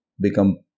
become